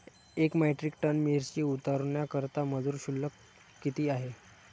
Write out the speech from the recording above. एक metric ton मिरची उतरवण्याकरता मजूर शुल्क किती आहे?